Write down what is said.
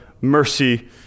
mercy